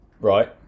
Right